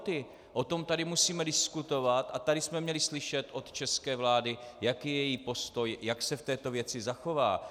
O tom tady musíme diskutovat a tady jsme měli slyšet od české vlády, jaký je její postoj, jak se v této věci zachová.